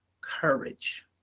courage